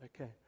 Okay